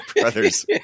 brothers